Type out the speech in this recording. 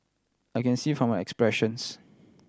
I can see from my expressions